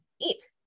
Eat